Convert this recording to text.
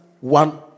one